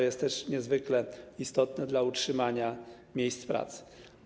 Jest to niezwykle istotne dla utrzymania miejsc pracy.